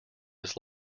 his